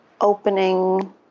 opening